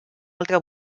altra